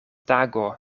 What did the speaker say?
tago